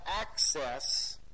access